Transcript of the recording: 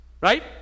Right